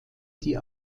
die